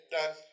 Done